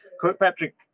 Kirkpatrick